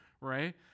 Right